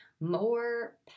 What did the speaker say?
more